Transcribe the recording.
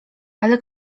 ale